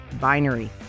Binary